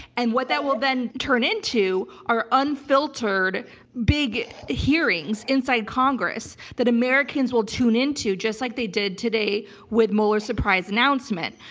and what that will then turn into our unfiltered big hearings inside congress that americans will tune into just like they did today with mueller's surprise announcement.